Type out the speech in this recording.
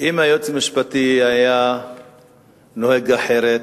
אם היועץ המשפטי היה נוהג אחרת,